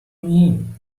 mean